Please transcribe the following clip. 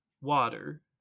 Water